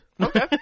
Okay